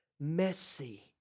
messy